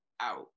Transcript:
out